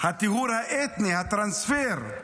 הטיהור האתני, הטרנספר,